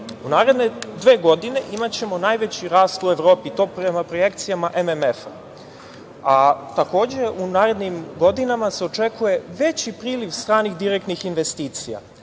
U naredne dve godine imaćemo najveći rast u Evropi. To je prema projekcijama MMF-a. Takođe, u narednim godinama se očekuje veći priliv stranih direktnih investicija